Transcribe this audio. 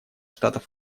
штатов